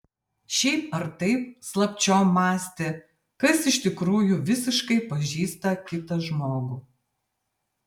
šiaip ar taip slapčiom mąstė kas iš tikrųjų visiškai pažįsta kitą žmogų